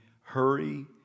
hurry